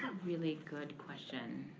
really good question.